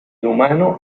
humano